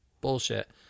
bullshit